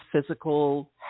physical